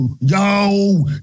Yo